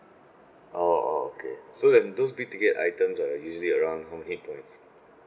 oh oh okay so that those big ticket items are usually around how many points